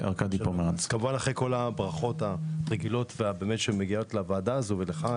כמובן אחרי כל הברכות שמגיעות לוועדה הזו ולך,